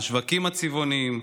השווקים צבעוניים,